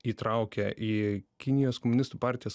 įtraukė į kinijos komunistų partijos